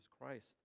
Christ